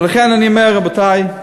לכן אני אומר, רבותי,